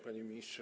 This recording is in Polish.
Panie Ministrze!